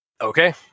Okay